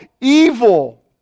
evil